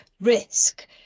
risk